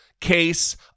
case